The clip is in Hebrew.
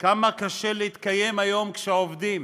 כמה קשה להתקיים היום כשעובדים,